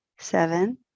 seven